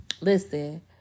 Listen